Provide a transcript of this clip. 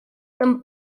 tan